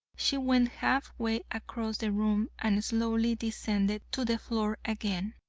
she went half way across the room and slowly descended to the floor again.